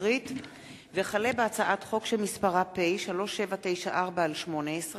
וכלה בהצעת חוק פ/3994/18,